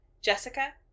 Jessica